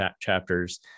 chapters